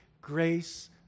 grace